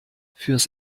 fürs